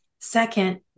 Second